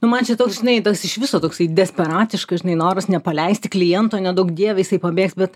nu man čia toks žinai toks iš viso toksai desperatiškas žinai noras nepaleisti kliento neduok dieve jisai pabėgs bet